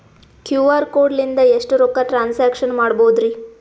QR code ಲಿಂದ ಎಷ್ಟ ರೊಕ್ಕ ಟ್ರಾನ್ಸ್ಯಾಕ್ಷನ ಮಾಡ್ಬೋದ್ರಿ?